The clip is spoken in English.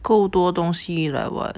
够多东西 like what